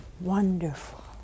wonderful